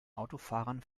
autofahrern